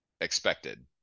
expected